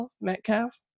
Metcalf